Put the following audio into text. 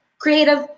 Creative